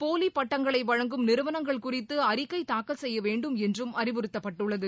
போலி பட்டங்களை வழங்கும் நிறுவனங்கள் குறித்து அறிக்கை தாக்கல் செய்யவேண்டும் என்றும் அறிவுறுத்தப்பட்டுள்ளது